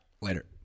Later